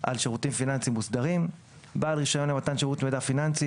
על שירותים פיננסיים מוסדרים; "בעל רישיון למתן שירות מידע פיננסי"